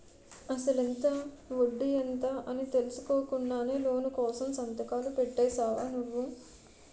అసలెంత? వడ్డీ ఎంత? అని తెలుసుకోకుండానే లోను కోసం సంతకాలు పెట్టేశావా నువ్వు?